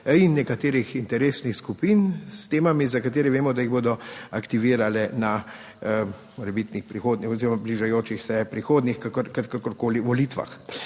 in nekaterih interesnih skupin s temami, za katere vemo, da jih bodo aktivirale na morebitnihjih oziroma bližajočih se prihodnjih, kakorkoli, volitvah.